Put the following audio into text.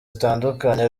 zitandukanye